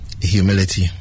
humility